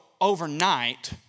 overnight